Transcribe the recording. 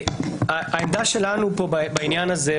העמדה שלנו פה בעניין הזה,